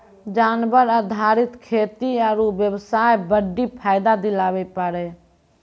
जानवर आधारित खेती आरू बेबसाय बड्डी फायदा दिलाबै पारै